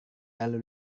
lalu